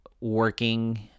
working